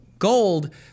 Gold